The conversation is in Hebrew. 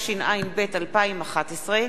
התשע”ב 2011,